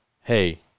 hey